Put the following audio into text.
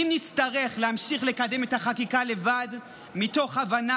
אם נצטרך להמשיך לקדם את החקיקה לבד מתוך הבנה